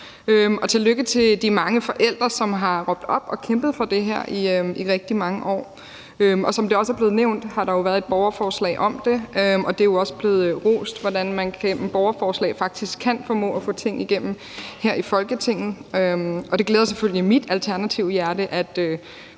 tillykke til de mange forældre, som har råbt op og kæmpet for det her i rigtig mange år. Som det også er blevet nævnt, har der været et borgerforslag om det, og det er jo også blevet rost, hvordan man gennem borgerforslag faktisk kan formå at få ting igennem her i Folketinget. Og det glæder selvfølgelig mit alternative hjerte,